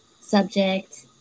subject